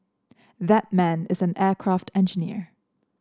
that man is an aircraft engineer